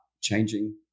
changing